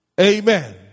Amen